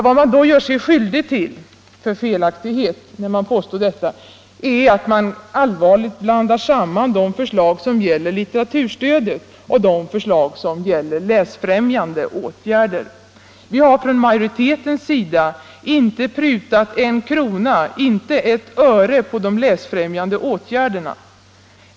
Vad man gör sig skyldig till för felaktighet när man påstår detta är att man allvarligt blandar samman de förslag som gäller litteraturstöd och de förslag som gäller läsfrämjande åtgärder. Vi har inom majoriteten inte prutat en krona, inte prutat ett öre på de läsfrämjande åtgärderna.